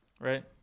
right